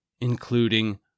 including